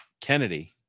Kennedy